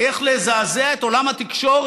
איך לזעזע את עולם התקשורת,